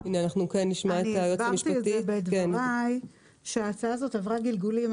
הבהרתי בדבריי שההצעה הזאת עברה גלגולים,